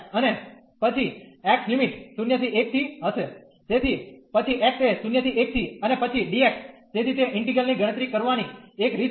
અને પછી x limit 0 ¿1 થી હશે તેથી પછી x એ 0 ¿1 થી અને પછી dx તેથી તે ઇન્ટીગ્રલ ની ગણતરી કરવાની એક રીત છે